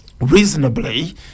reasonably